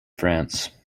france